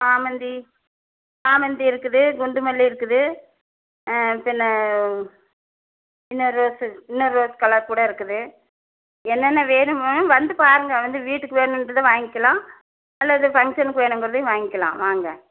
சாமந்தி சாமந்தி இருக்குது குண்டுமல்லி இருக்குது சின்ன சின்ன ரோஸ் சின்ன ரோஸ் கலர் கூட இருக்குது என்னென்ன வேணுமோ வந்து பாருங்க வந்து வீட்டுக்கு வேணுன்றத வாய்ங்கிலாம் அல்லது ஃபங்ஷனுக்கு வேணுங்கிறதையும் வாய்ங்கிலாம் வாங்க